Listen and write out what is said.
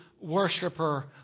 worshiper